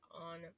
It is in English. on